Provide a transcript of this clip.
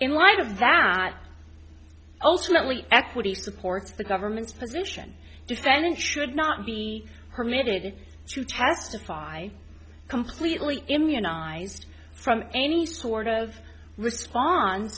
in light of that ultimately equity supports the government's position defendant should not be permitted to testify completely immunized from any sort of respon